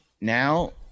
now